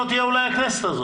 לא תהיה אולי הכנסת הזאת.